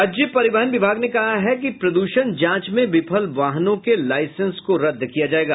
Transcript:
राज्य परिवहन विभाग ने कहा है कि प्रदूषण जांच में विफल वाहनों के लाईसेंस को रद्द किया जायेगा